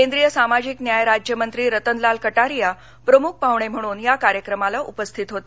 केंद्रीय सामाजिक न्याय राज्यमंत्री रतन लाल कटारिया प्रमुख पाह्णे म्हणून या कार्यक्रमाला उपस्थित होते